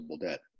debt